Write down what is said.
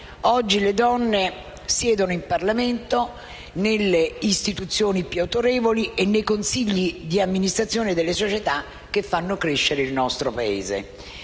Oggi le donne siedono in Parlamento, nelle istituzioni più autorevoli e nei consigli di amministrazione delle società che fanno crescere il nostro Paese.